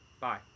bye